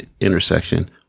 intersection